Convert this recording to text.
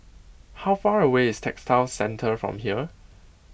how far away is Textile Centre from here